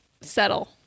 settle